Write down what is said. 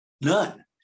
None